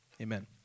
Amen